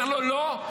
אומר לו: לא,